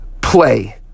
play